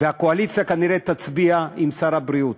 והקואליציה כנראה תצביע עם שר הבריאות,